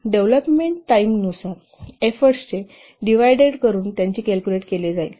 development टाईमनुसार effort divided करुन त्याची कॅल्कुलेट केली जाईल